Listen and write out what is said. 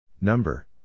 Number